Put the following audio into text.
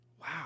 wow